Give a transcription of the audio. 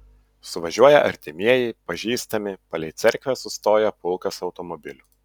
suvažiuoja artimieji pažįstami palei cerkvę sustoja pulkas automobilių